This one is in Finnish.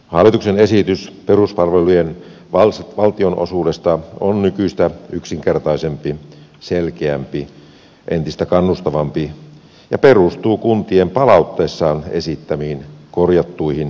hallituksen esitys peruspalvelujen valtionosuudesta on nykyistä yksinkertaisempi selkeämpi entistä kannustavampi ja perustuu kuntien palautteessaan esittämiin korjattuihin kriteereihin